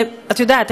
את יודעת,